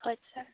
ꯍꯣꯏ ꯁꯔ